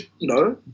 No